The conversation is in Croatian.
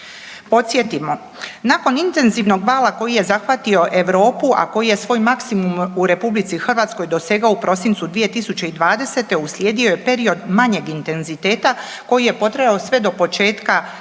Podsjetimo, nakon intenzivnog vala koji je zahvatio Europu, a koji je svoj maksimum u RH dosegao u prosincu 2020. uslijedio je period manjeg intenziteta koji je potrajao sve do početka trećeg